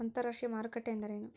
ಅಂತರಾಷ್ಟ್ರೇಯ ಮಾರುಕಟ್ಟೆ ಎಂದರೇನು?